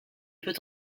peut